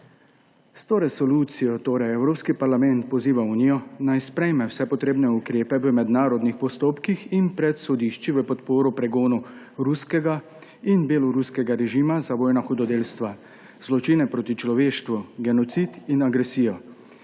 S to resolucijo torej Evropski parlament poziva Unijo, naj sprejme vse potrebne ukrepe v mednarodnih postopkih in pred sodišči v podporo pregonu ruskega in beloruskega režima za vojna hudodelstva, zločine proti človeštvu, genocid in agresijo.